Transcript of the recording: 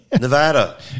Nevada